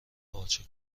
پارچه